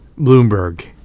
Bloomberg